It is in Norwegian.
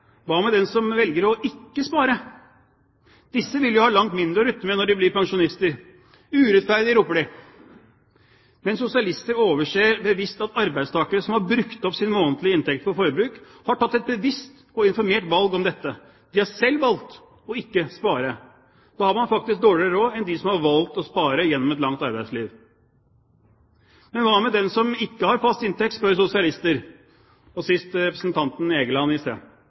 Hva med dem som velger ikke å spare? Disse vil jo ha langt mindre å rutte med når de blir pensjonister. Urettferdig, roper sosialister, men de overser bevisst at arbeidstakere som har brukt opp sin månedlige inntekt på forbruk, har tatt et bevisst og informert valg om dette. De har selv valgt ikke å spare, og da har man faktisk dårligere råd enn dem som har valgt å spare gjennom et langt arbeidsliv. Men hva med dem som ikke har fast inntekt, spør sosialister – og sist representanten Egeland i sted.